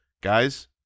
guys